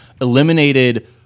eliminated –